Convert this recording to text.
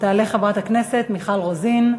תעלה חברת הכנסת מיכל רוזין,